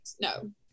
No